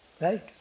Right